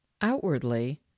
Outwardly